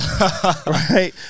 right